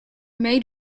made